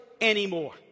anymore